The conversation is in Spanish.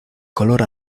color